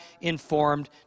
informed